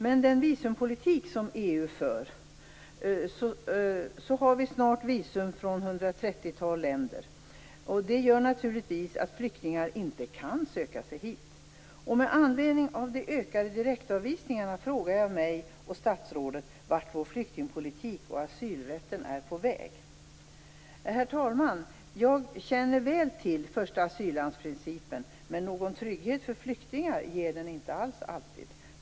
Med den visumpolitik EU för har vi snart visumkrav från ett 130-tal länder. Detta gör naturligtvis att flyktingar inte kan söka sig hit. Med anledning av de ökade direktavvisningarna frågar jag mig själv och statsrådet vart vår flyktingpolitik och asylrätten är på väg. Herr talman! Jag känner väl till principen om första asylland. Någon trygghet för flyktingar ger den alls inte alltid.